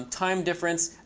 time difference,